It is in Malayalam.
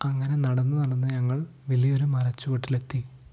അങ്ങനെ നടന്നു നടന്നു ഞങ്ങൾ വലിയൊരു മരച്ചുവട്ടിലെത്തി